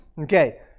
Okay